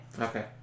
Okay